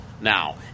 now